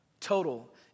Total